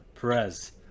Perez